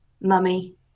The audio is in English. Mummy